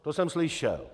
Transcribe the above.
To jsem slyšel.